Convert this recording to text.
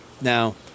Now